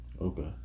okay